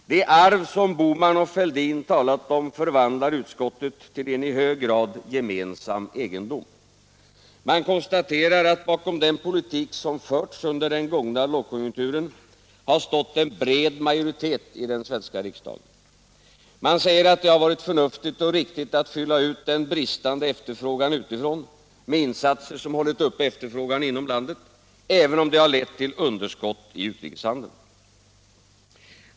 Det arv som Bohman och Fälldin talat om förvandlar utskottet till en i hög grad gemensam egendom. Man konstaterar att bakom den politik som förts under den gångna lågkonjunkturen har stått en bred majoritet i den svenska riksdagen. Man säger att det varit förnuftigt och riktigt att fylla ut den bristande efterfrågan utifrån med insatser som hållit uppe efterfrågan inom landet, även om det lett till underskott i utrikeshandeln.